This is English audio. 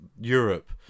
Europe